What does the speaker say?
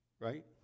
Right